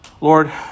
Lord